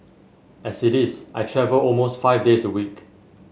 as it is I travel almost five days a week